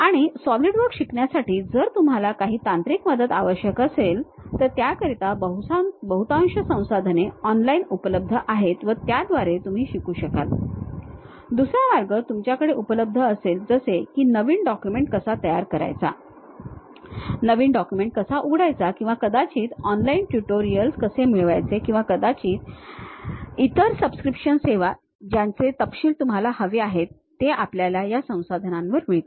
आणि सॉलिडवर्क्स शिकण्यासाठी जर तुम्हाला काही तांत्रिक मदत आवश्यक असेल तर त्याकरिता बहुतांश संसाधने ऑनलाइन उपलबद्ध आहेत व त्याद्वारे तुम्ही शिकू शकाल दुसरा मार्ग तुमच्याकडे उपलब्ध असेल जसे की नवीन document कसा तयार करायचा नवीन document कसा उघडायचा किंवा कदाचित ऑनलाइन ट्युटोरियल्स कसे मिळवायचे किंवा कदाचित इतर सबस्क्रिप्शन सेवा ज्यांचे तपशील तुम्हाला हवे आहेत ते आपल्याला या संसाधनांवर मिळतील